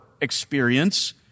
experience